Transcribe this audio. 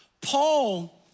Paul